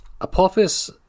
Apophis